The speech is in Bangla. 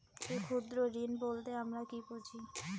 ক্ষুদ্র ঋণ বলতে আমরা কি বুঝি?